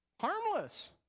harmless